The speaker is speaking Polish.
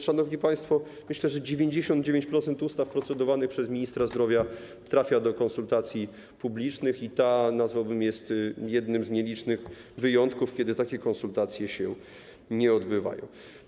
Szanowni państwo, myślę, że 99% ustaw procedowanych przez ministra zdrowia trafia do konsultacji publicznych i ta jest jednym z nielicznych wyjątków, kiedy takie konsultacje się nie odbywają.